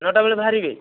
ନଅଟା ବେଳେ ବାହାରିବେ